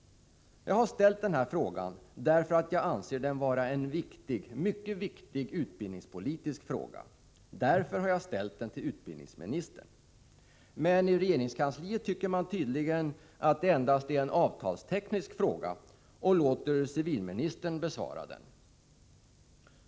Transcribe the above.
a Eftersom jag anser att detta är ett mycket viktigt utbildningspolitiskt spörsmål har jag ställt min fråga till utbildningsministern — men i regeringskansliet tycker man tydligen att det endast är en avtalsteknisk fråga och låter civilministern besvara den.